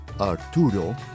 Arturo